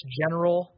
general